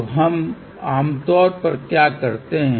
तो हम आमतौर पर क्या करते हैं